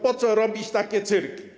Po co robić takie cyrki?